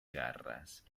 garras